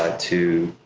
ah to